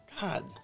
God